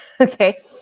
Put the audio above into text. okay